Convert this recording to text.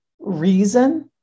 reason